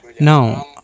now